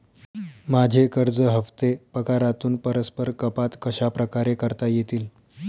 माझे कर्ज हफ्ते पगारातून परस्पर कपात कशाप्रकारे करता येतील?